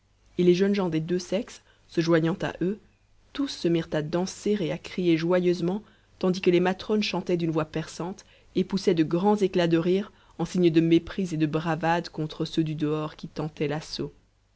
et les jeunes gens des deux sexes se joignant à eux tous se mirent à danser et à crier joyeusement tandis que les matrones chantaient d'une voix perçante et poussaient de grands éclats de rire en signe de mépris et de bravade contre ceux du dehors qui tentaient l'assaut